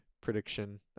prediction